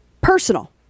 Personal